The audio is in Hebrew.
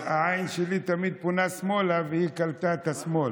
העין שלי תמיד פונה שמאלה, והיא קלטה את השמאל.